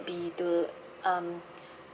be to um